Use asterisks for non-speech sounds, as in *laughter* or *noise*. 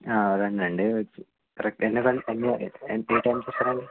రండి రండి వచ్చి *unintelligible* ఏ టైంకి వస్తారు అండి